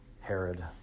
Herod